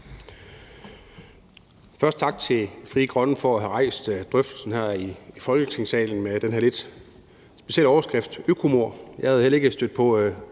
Først tak til Frie Grønne for at have rejst drøftelsen her i Folketingssalen med den her lidt specielle overskrift: